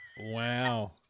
Wow